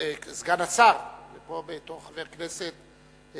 סגן השר ופה בתור חבר כנסת,